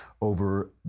over